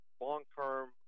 long-term